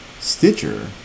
Stitcher